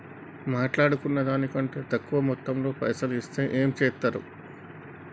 మాట్లాడుకున్న దాని కంటే తక్కువ మొత్తంలో పైసలు ఇస్తే ఏం చేత్తరు?